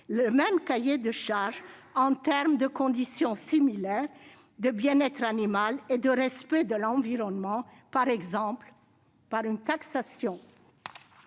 le même cahier de charges en termes de conditions sanitaires, de bien-être animal et de respect de l'environnement, par exemple en instituant